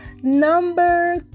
Number